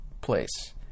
place